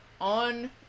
on